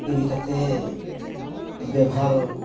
ᱤᱫᱤ ᱠᱟᱛᱮᱫ ᱵᱮᱵᱷᱟᱨ